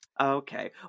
Okay